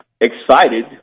excited